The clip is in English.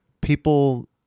People